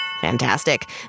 Fantastic